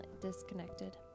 disconnected